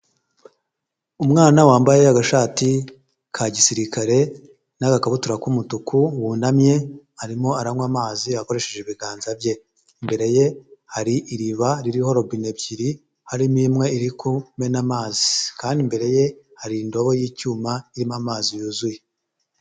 Umwana wambaye agashati ka gisirikare n'agakabutura k'umutuku wunamye arimo aranywa amazi akoresheje ibiganza bye. Imbere ye hari iriba ririho robine ebyiri, harimo imwe iri kumena amazi kandi imbere ye hari indobo y'icyuma irimo amazi yuzuye.